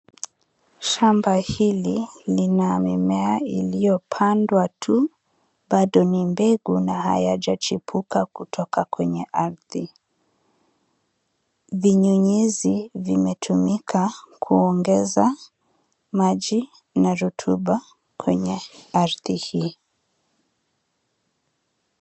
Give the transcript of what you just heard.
Shamba hili lina mimea iliyopandwa tu bado ni mbegu na hayajachipuka kutoka kwenye ardhi. Vinyunyizi vimetumika kuongeza maji na rutuba kwenye ardhi hii.